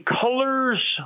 colors